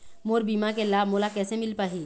मोर बीमा के लाभ मोला कैसे मिल पाही?